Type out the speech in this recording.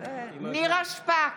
תומא סלימאן,